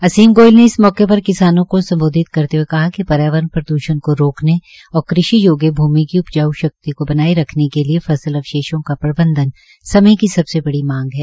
असीम गोयल ने इस मौके पर किसानो को सम्बोधित करते हए कहा कि पर्यावरण प्रद्षण को रोकने और कृषि योग्य भ्रमि की उपजाऊ शक्ति को बनाए रखने के लिए फसल अवशेषों का प्रबन्धन समय की सबसे बड़ी मांग है